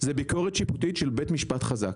זה ביקורת שיפוטית של בית משפט חזק.